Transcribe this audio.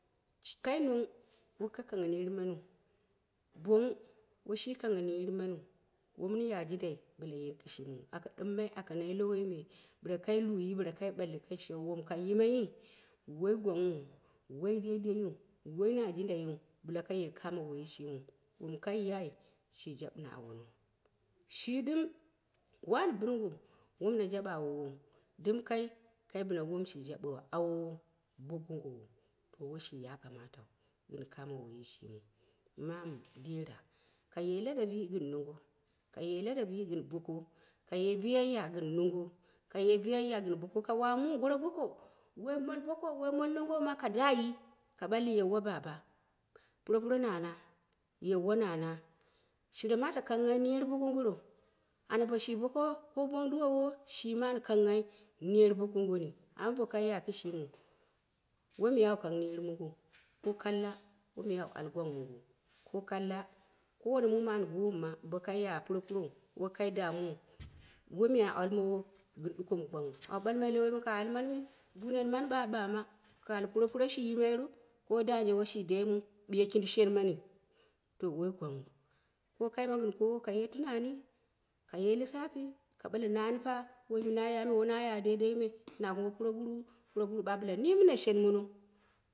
Kai nong wo kai kangnhha ner maniu boki woi shi kanngha ner maniu woi mɨn ya jindai bɨla yeni kɨshimiu aka ɗɨmma aka nai lowoi me bil kai luyi bila kai ɓalli shewa woi kai yimaiyyi woi gwanghu woi deideiu woi na jindaiu bɨla ka ye kamo woyi shimiu, wom kai a ja ɓɨno awono, shi ɗɨm wani binwou wom jaɓa awowou ɗɨm kai kai bina wom shi jaɓiwo awowo, bo gongowo to woi shi ya kamata gin kamo woyi shimiu. Mamu dera kaye ladabi gɨn nonggo, ka ye ladabi gɨn nongo, ka ye biyayya gɨn boko, ka mu gono goko, woi mol bokou wai mol nongou, ka dayi ka ɓalli yauwa baba, puropun nana, yauwa nana shirema aa kang neri, bo gong oro anya bo shi boko kobong duwowo shima an kang ner bogong goni, amma bo woi kai ya kishimiu, woi miya a wo kang ner mongou ko kalla wawu al gwang mongou. ko kalla kowane mum ma an gomma bo waoi, ka ya puro purou, wo kai de muu, woi miya awa al mowo gɨn duko ma gwangnghu, awu ɓalmai lowo mɨ kaa almani me, dunai mani ɓaɓama. Puropuro shi yimairu ko dange woi shi dai muu ɓiye kindi shen mani to woi gwang ghu, ko kaima gɨn kowo ka ye tunani ka ye lisafi, ka ɓale nanifa wom na ya me wone ya deideiu na kumbo puroguro, puroguro ɓa bɨla nɨmɨno shen mono